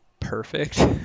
Perfect